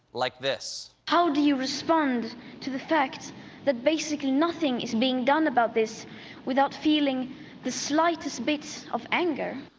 like this. how do you respond to the fact that basically nothing is being done about this without feeling the slightest bits of anger?